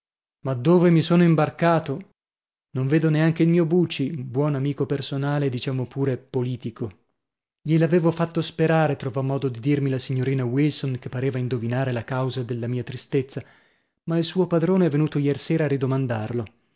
ma dove mi sono imbarcato non vedo neanche il mio buci buon amico personale e diciamo pure politico gliel'avevo fatto sperare trovò modo di dirmi la signorina wilson che pareva indovinare la causa della mia tristezza ma il suo padrone è venuto iersera a ridomandarlo